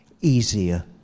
easier